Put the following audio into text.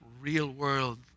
real-world